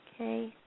Okay